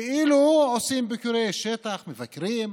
כאילו עושים ביקורי שטח, מבקרים,